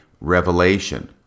revelation